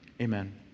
Amen